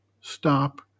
stop